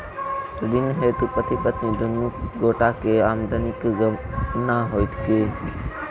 ऋण हेतु पति पत्नी दुनू गोटा केँ आमदनीक गणना होइत की?